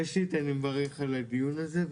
ראשית, אני מברך על הדיון הזה.